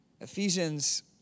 Ephesians